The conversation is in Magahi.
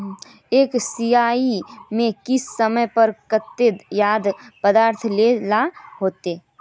एक सिंचाई में किस समय पर केते खाद पदार्थ दे ला होते?